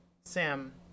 Sam